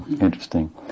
Interesting